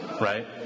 Right